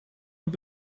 und